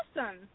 awesome